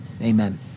amen